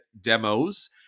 demos